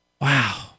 Wow